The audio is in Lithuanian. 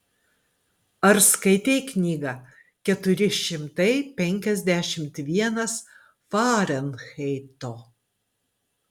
ar skaitei knygą keturi šimtai penkiasdešimt vienas farenheito